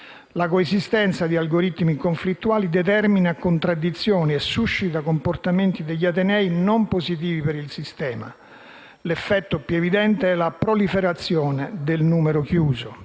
La coesistenza di algoritmi conflittuali determina contraddizioni e suscita comportamenti degli atenei non positivi per il sistema. L'effetto più negativo è la proliferazione del numero chiuso.